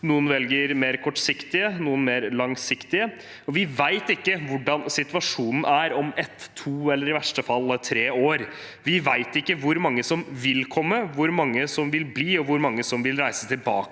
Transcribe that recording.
noen velger mer kortsiktige, noen mer langsiktige. Vi vet ikke hvordan situasjonen er om ett, to eller i verste fall tre år. Vi vet ikke hvor mange som vil komme, hvor mange som vil bli, og hvor mange som vil reise tilbake